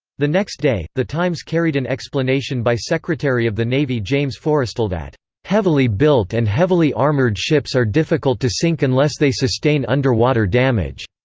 the next day, the times carried an explanation by secretary of the navy james forrestal that heavily built and heavily armored ships are difficult to sink unless they sustain underwater damage.